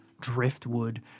driftwood